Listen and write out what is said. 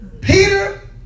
Peter